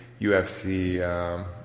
UFC